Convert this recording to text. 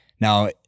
Now